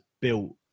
built